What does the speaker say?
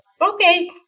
okay